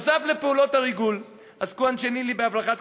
נוסף על פעולות הריגול עסקו אנשי ניל"י בהברחת